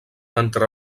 entre